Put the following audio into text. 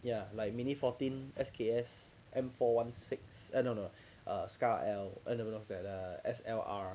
ya like mini fourteen S_K_S M four one six oh no no ah SCAR-L S_L_R